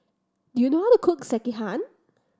do you know how to cook Sekihan